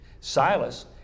Silas